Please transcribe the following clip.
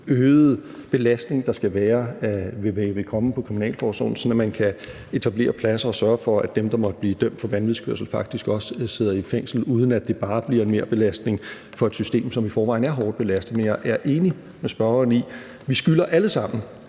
øgede belastning, der vil komme på kriminalforsorgen, sådan at man kan etablere pladser og sørge for, at dem, der måtte blive dømt for vanvidskørsel, faktisk også sidder i fængsel, uden at det bare bliver en merbelastning for et system, som i forvejen er hårdt belastet. Men jeg er enig med spørgeren i, at vi alle sammen